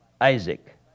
Isaac